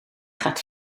gaat